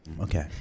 Okay